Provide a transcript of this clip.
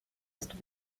ist